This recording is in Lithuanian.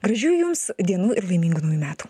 gražių jums dienų ir laimingų naujų metų